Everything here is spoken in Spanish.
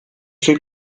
soy